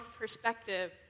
perspective